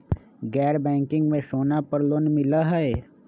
गैर बैंकिंग में सोना पर लोन मिलहई?